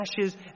ashes